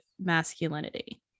masculinity